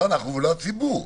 לא אנחנו ולא הציבור.